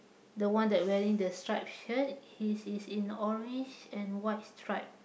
the one that wearing the stripe shirt he's he's in orange and white stripe